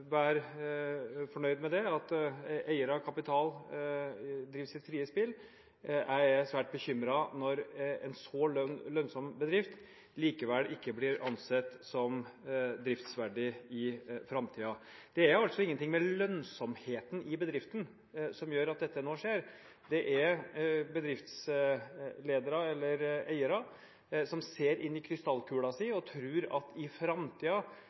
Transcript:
være fornøyd med det, at eiere av kapital driver sitt frie spill. Jeg er svært bekymret når en så lønnsom bedrift likevel ikke blir ansett som driftsverdig i framtiden. Det er altså ingenting med lønnsomheten i bedriften som gjør at dette nå skjer, det er bedriftsledere eller eiere som ser inn i krystallkulen sin og tror at i